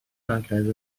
wragedd